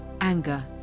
anger